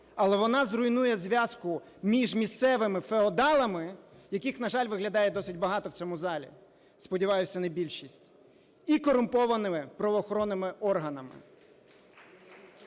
але вона зруйнує зв’язку з місцевими феодалами, яких, на жаль, виглядає, дуже багато в цьому залі, сподіваюсь, це не більшість, і корумпованими правоохоронними органами.